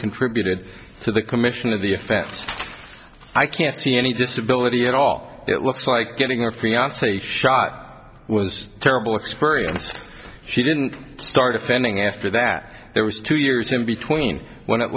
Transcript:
contributed to the coup mission of the offense i can't see any disability at all it looks like getting her fiance shot was a terrible experience she didn't start offending after that there was two years in between when it